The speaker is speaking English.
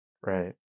right